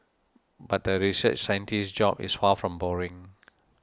but the research scientist's job is far from boring